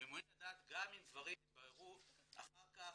ומעוניינים לדעת גם אם דברים יתבררו אחר כך,